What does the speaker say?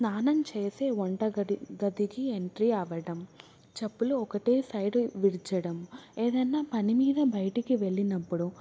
స్నానం చేసే వంట గడి గదికి ఎంట్రీ అవ్వడం చెప్పులు ఒకటే సైడ్ విడవడం ఏదైనా పనిమీద బయటికి వెళ్ళినప్పుడు